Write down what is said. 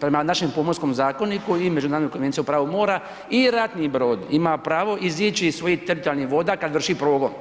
Prema našem Pomorskom zakoniku i Međunarodnoj konvenciji o pravu mora, i ratni brod ima pravo izići iz svojih teritorijalnih voda kada vrši progon.